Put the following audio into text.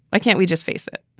why can't we just face it?